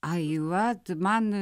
ai vat man